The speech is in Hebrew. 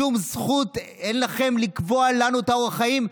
אין לכם שום זכות לקבוע לנו את אורח החיים,